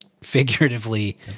Figuratively